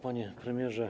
Panie Premierze!